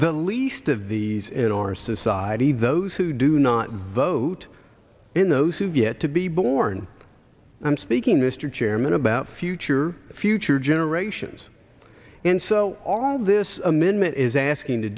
the least of these in our society those who do not vote in those who have yet to be born i'm speaking mr chairman about future future generations and so all this amendment is asking to